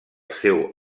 seu